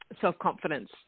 self-confidence